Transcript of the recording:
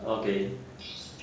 okay